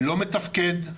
לא מתפקד,